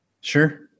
Sure